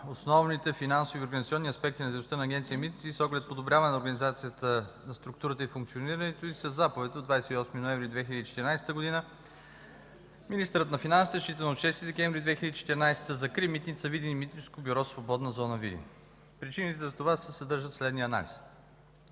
основните финансови и организационни аспекти на дейността на Агенция „Митници”, и с оглед подобряване организацията на структурата и функционирането й, със заповед от 28 ноември 2014 г. министърът на финансите, считано от 6 декември 2014 г., закри Митница Видин и Митническо бюро „Свободна зона – Видин”. Причините за това се съдържат в следния анализ: